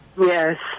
Yes